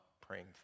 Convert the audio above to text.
praying